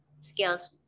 skills